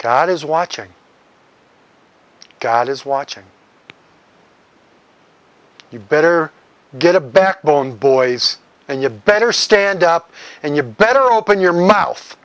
god is watching god is watching you better get a backbone boys and you better stand up and you better open your mouth